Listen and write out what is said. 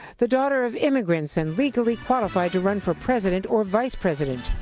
the daughter of immigrants and legally qualified to run for president or vice president.